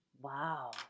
Wow